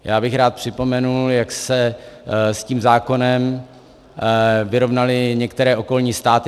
Já bych rád připomenul, jak se s tím zákonem vyrovnaly některé okolní státy.